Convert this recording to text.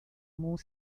more